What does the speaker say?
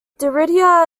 derrida